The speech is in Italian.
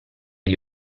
gli